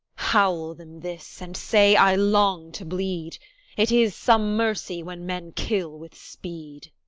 howl them this, and say, i long to bleed it is some mercy when men kill with speed.